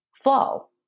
flow